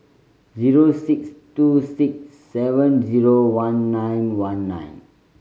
zero six two six seven zero one nine one nine